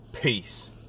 Peace